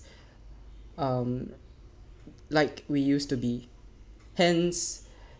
um like we used to be hence